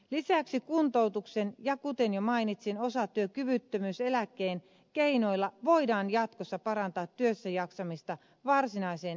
lisäksi kuntoutuksen ja kuten jo mainitsin osatyökyvyttömyyseläkkeen keinoilla voidaan jatkossa parantaa työssäjaksamista varsinaiseen eläkeikään saakka